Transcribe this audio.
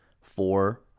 four